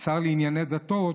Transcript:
השר לענייני דתות,